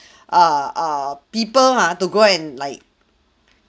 err err people ah to go and like